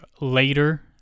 later